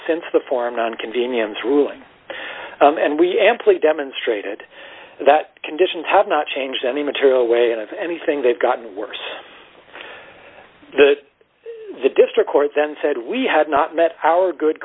since the form on convenience ruling and we amply demonstrated that conditions have not changed any material way and if anything they've gotten worse the the district court then said we had not met our good